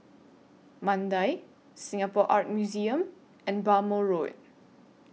Mandai Singapore Art Museum and Bhamo Road